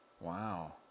Wow